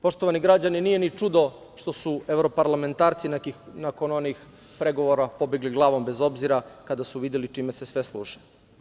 Poštovani građani, nije ni čudo što su evroparlamentarci nakon onih pregovora pobegli glavom bez obzira kada su videli čime se sve služe.